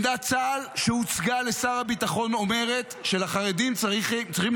עמדת צה"ל שהוצגה לשר הביטחון אומרת שלחרדים צריכות